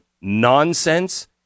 nonsense